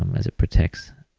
um as it protects,